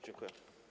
Dziękuję.